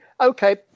Okay